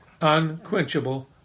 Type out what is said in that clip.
unquenchable